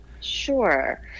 Sure